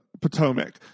Potomac